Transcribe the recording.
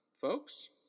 folks